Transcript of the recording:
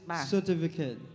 certificate